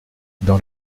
dans